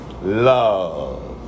Love